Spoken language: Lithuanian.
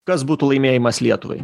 kas būtų laimėjimas lietuvai